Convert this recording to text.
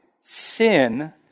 sin